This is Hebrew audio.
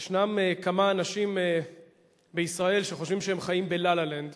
יש כמה אנשים בישראל שחושבים שהם חיים ב"לה לה לנד".